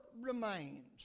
remains